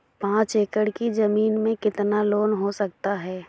पाँच एकड़ की ज़मीन में कितना लोन हो सकता है?